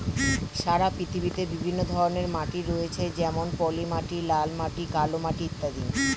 সারা পৃথিবীতে বিভিন্ন ধরনের মাটি রয়েছে যেমন পলিমাটি, লাল মাটি, কালো মাটি ইত্যাদি